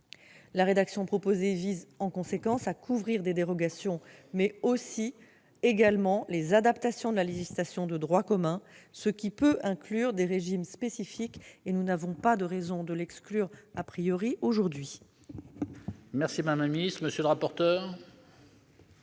La rédaction proposée vise en conséquence à couvrir des dérogations, mais également les adaptations de la législation de droit commun, ce qui peut inclure des régimes spécifiques, et nous n'avons pas de raison de l'exclure aujourd'hui. Quel est l'avis de la